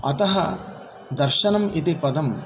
अतः दर्शनम् इति पदं